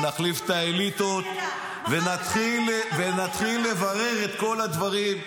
ונחליף את האליטות ונתחיל לברר את כל הדברים.